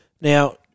Now